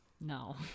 No